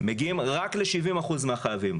מגיעים רק ל-70% מהחייבים.